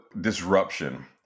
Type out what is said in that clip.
disruption